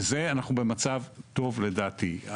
בזה אנחנו במצב טוב, לדעתי.